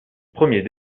premier